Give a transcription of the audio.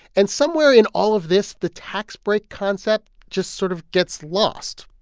and somewhere in all of this the tax break concept just sort of gets lost.